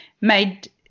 made